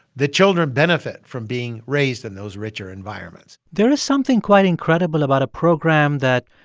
the children benefit from being raised in those richer environments there is something quite incredible about a program that,